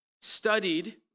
studied